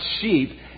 sheep